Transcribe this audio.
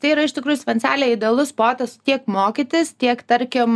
tai yra iš tikrųjų svencelė idealus sportas tiek mokytis tiek tarkim